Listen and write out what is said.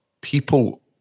people